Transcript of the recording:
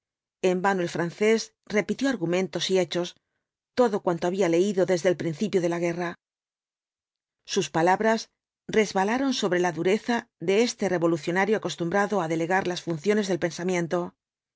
en vano el francés repitió argumentos y hechos todo cuanto había leído desde el principio de la guerra sus palabras resbalaron sobre la dureza de este revolucionario acostumbrado á delegar las funciones del pensamiento